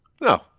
No